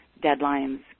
deadlines